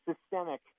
systemic